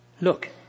Look